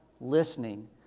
listening